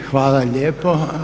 Hvala lijepo.